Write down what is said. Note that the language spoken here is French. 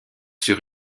sur